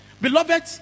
Beloved